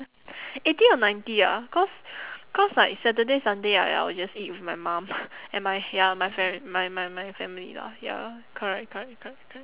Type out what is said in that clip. eighty or ninety ah cause cause like saturday sunday I I'll just eat with my mom and my ya my fam~ my my my family lah ya correct correct correct correct